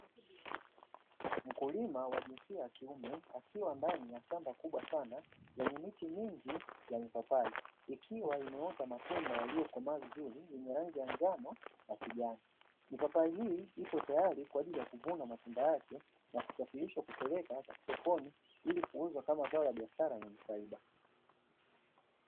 Mkulima wa jinsia ya kiume akiwa ndani ya shamba kubwa sana yenye miti mingi ya mipapai ikiwa imeota na matunda yaliyokomaa vizuri yenye rangi ya njano na kijani, mipapai hii iko tayari kwa ajili ya kuvunwa matunda yake na kusafirisha kupelekwa sokoni ili kuuzwa Kama zao la biashara lenye faida.